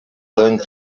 learned